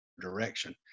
direction